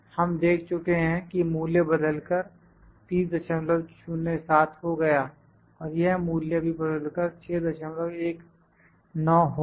हम देख चुके हैं कि मूल्य बदल कर 3007 हो गया और यह मूल्य भी बदलकर 619 हो गया